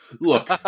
Look